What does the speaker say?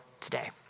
today